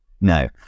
No